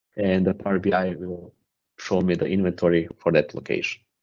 and the power bi will show me the inventory for that location.